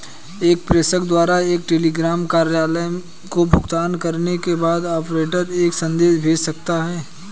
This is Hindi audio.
एक प्रेषक द्वारा एक टेलीग्राफ कार्यालय को भुगतान करने के बाद, ऑपरेटर एक संदेश भेज सकता है